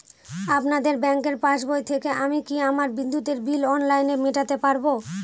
আপনাদের ব্যঙ্কের পাসবই থেকে আমি কি আমার বিদ্যুতের বিল অনলাইনে মেটাতে পারবো?